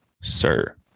sir